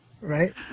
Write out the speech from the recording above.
Right